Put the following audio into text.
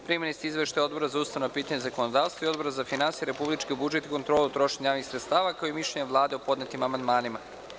Primili ste izveštaje Odbora za ustavna pitanja i zakonodavstvo i Odbora za finansije, republički budžet i kontrolu trošenja javnih sredstava, kao i mišljenje Vlade o podnetim amandmanima.